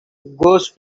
goes